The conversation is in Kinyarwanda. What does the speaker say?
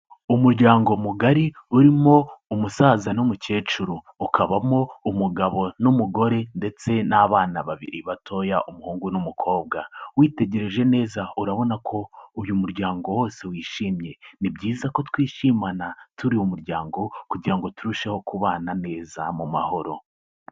Umuryango mugari urimo umusaza n'umukecuru, ukabamo umugabo n'umugore ndetse n'abana babiri batoya, umuhungu n'umukobwa. Witegereje neza urabona ko uyu muryango wose wishimye. Ni byiza ko twishimana turi umuryango kugira ngo turusheho kubana neza mu mahoro.